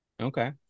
Okay